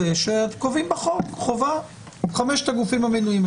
שקובעים בחוק חובה: חמשת הגופים המנויים.